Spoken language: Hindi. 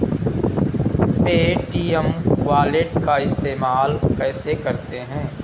पे.टी.एम वॉलेट का इस्तेमाल कैसे करते हैं?